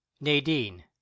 Nadine